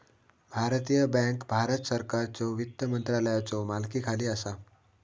भारतीय बँक भारत सरकारच्यो वित्त मंत्रालयाच्यो मालकीखाली असा